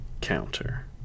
counter